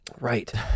Right